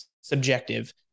subjective